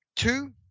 Two